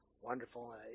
wonderful